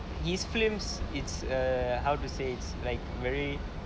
his films it's err how to say it's like very